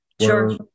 Sure